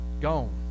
gone